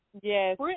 Yes